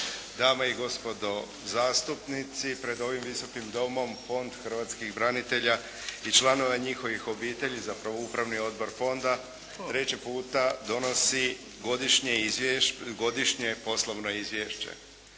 dame i gospodo zastupnici. Pred ovim Visokim domom Fond hrvatskih branitelja i članova njihovih obitelji, zapravo Upravni odbor fonda treći puta donosi godišnje poslovno Izvješće.